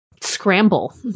scramble